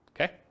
Okay